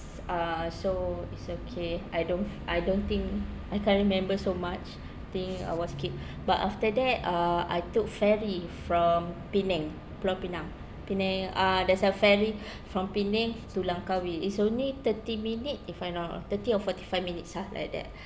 uh so it's okay I don't I don't think I can't remember so much thing I was kid but after that uh I took ferry from penang pulau pinang penang ah there's a ferry from penang to langkawi is only thirty minute if I'm not uh thirty or forty five minutes ah like that